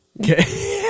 Okay